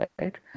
right